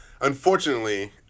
Unfortunately